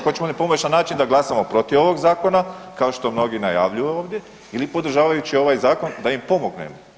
Hoćemo li pomoći na način da glasamo protiv ovoga Zakona kao što mnogi najavljuju ovdje ili podržavajući ovaj Zakon da im pomognemo?